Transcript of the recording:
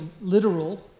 literal